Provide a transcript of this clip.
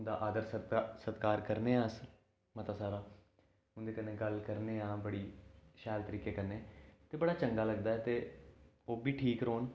उंदा आदर सत सत्कार करने आं अस मता सारा उंदे कन्नै गल्ल करने आं बड़ी शैल तरीके कन्नै ते बड़ा चंगा लगदा ऐ ते ओह् बी ठीक रौह्न